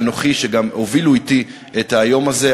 שגם הובילו אתי את היום הזה,